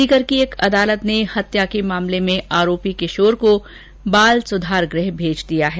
सीकर की अदालत ने हत्या के मामले में आरोपी किशोर को सुधार गृह भेज दिया है